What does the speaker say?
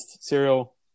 Serial